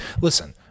Listen